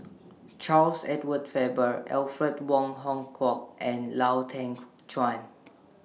Charles Edward Faber Alfred Wong Hong Kwok and Lau Teng Chuan